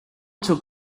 took